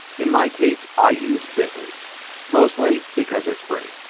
in my case i use bit ly mostly because it's free.